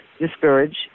discourage